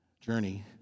journey